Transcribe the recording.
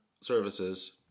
services